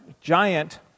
giant